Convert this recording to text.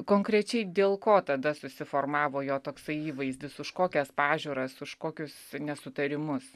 konkrečiai dėl ko tada susiformavo jo toksai įvaizdis už kokias pažiūras už kokius nesutarimus